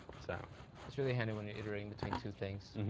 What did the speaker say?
so that's really handy when you're iterating between two things,